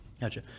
Gotcha